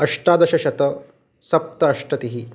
अष्टादशशतसप्त अष्टतिः